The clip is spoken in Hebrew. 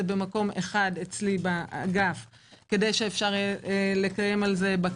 במקום אחד אצלי באגף כדי שאפשר יהיה לקיים על זה בקרה.